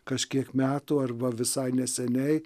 kažkiek metų arba visai neseniai